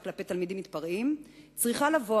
כלפי תלמידים מתפרעים צריכה לבוא,